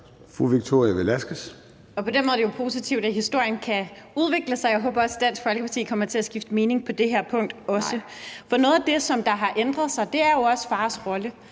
Victoria Velasquez (EL): På den måde er det jo positivt, at historien kan udvikle sig. Jeg håber også, at Dansk Folkeparti kommer til at skifte mening også på det her punkt. For noget af det, der har ændret sig, er jo også fars rolle,